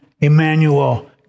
Emmanuel